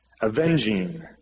Avenging